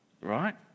Right